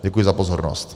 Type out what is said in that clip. Děkuji za pozornost.